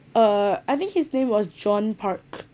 uh I think his name was john park